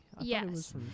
yes